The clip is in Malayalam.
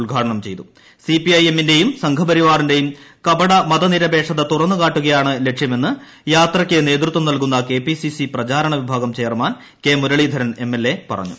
ഉദ്ഘാടനം സംഘപരിവാറിന്റെയും മത നിരപേക്ഷത തുറന്നുകാട്ടുകയാണ് ്രലക്ഷ്യമെന്ന് യാത്രയ്ക്ക് നേതൃത്വം നൽകുന്ന കെപിസീസി പ്രചാരണ വിഭാഗം chairman K Muraleedharan M L A പറഞ്ഞു